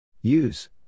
Use